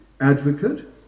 advocate